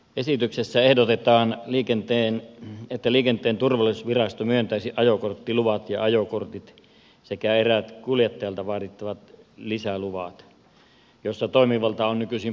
esityksessä ehdotetaan että liikenteen turvallisuusvirasto myöntäisi ajokorttiluvat ja ajokortit sekä eräät kuljettajalta vaadittavat lisäluvat joissa toimivalta on nykyisin poliisilla